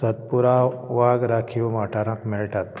सतपुरा वाग राखीव वाठारांत मेळटात